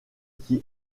qui